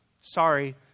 Sorry